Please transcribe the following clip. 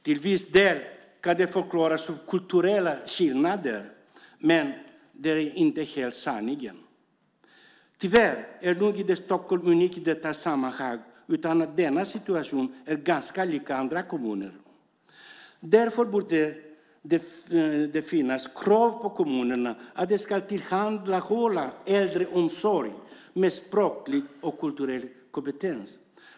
Delvis kan det förklaras av kulturella skillnader, men det är inte hela sanningen. Tyvärr är nog Stockholm inte unikt i detta sammanhang, utan denna situation är ganska lik situationen i andra kommuner. Därför borde det ställas krav på kommunerna att de ska tillhandahålla äldreomsorg med språklig och kulturell kompetens.